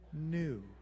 new